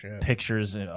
pictures